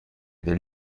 del